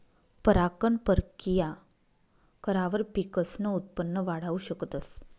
परागकण परकिया करावर पिकसनं उत्पन वाढाऊ शकतस